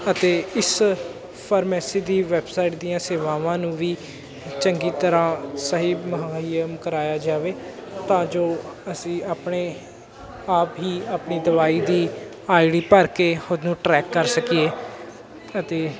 ਅਤੇ ਇਸ ਫਾਰਮੈਸੀ ਦੀ ਵੈਬਸਾਈਟ ਦੀਆਂ ਸੇਵਾਵਾਂ ਨੂੰ ਵੀ ਚੰਗੀ ਤਰ੍ਹਾਂ ਸਹੀ ਮੁਹੱਈਆ ਕਰਾਇਆ ਜਾਵੇ ਤਾਂ ਜੋ ਅਸੀਂ ਆਪਣੇ ਆਪ ਹੀ ਆਪਣੀ ਦਵਾਈ ਦੀ ਆਈ ਡੀ ਭਰ ਕੇ ਉਹਨੂੰ ਟਰੈਕ ਕਰ ਸਕੀਏ ਅਤੇ